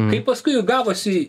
kaip paskui gavosi